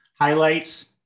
highlights